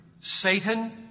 Satan